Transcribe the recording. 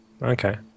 Okay